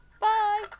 bye